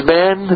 men